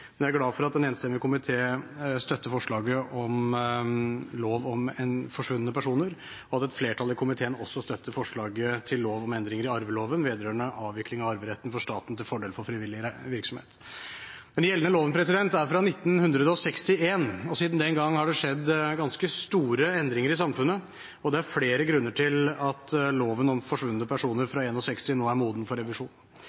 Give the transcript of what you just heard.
Jeg er glad for at en enstemmig komité støtter forslaget til lov om forsvunne personer, og at et flertall i komiteen også støtter forslaget til lov om endringer i arveloven vedrørende avvikling av arveretten for staten til fordel for frivillig virksomhet. Den gjeldende loven er fra 1961. Siden den gang har det skjedd ganske store endringer i samfunnet, og det er flere grunner til at loven om forsvunne personer fra 1961 nå er moden for revisjon.